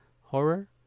horror